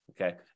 okay